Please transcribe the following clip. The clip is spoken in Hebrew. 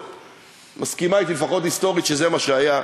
את מסכימה אתי לפחות היסטורית שזה מה שהיה,